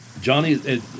Johnny